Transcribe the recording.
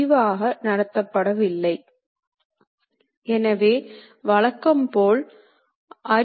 lathe மெசின்களில் பணிப்பகுதியை